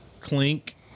Clink